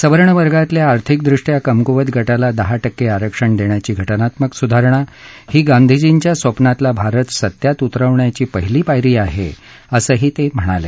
सवर्ण वर्गातल्या आर्थिकदृष्ट्या कमकुवत गटाला दहा टक्के आरक्षण देण्याची घटनात्मक सुधारणा ही गांधीजींच्या स्वप्नातला भारत सत्यात उतरवण्याची पहिली पायरी आहे असंही ते म्हणाले